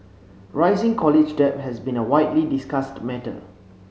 rising college debt has been a widely discussed matter